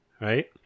right